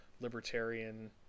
libertarian